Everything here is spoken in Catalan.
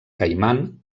caiman